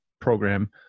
program